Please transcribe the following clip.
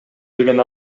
деген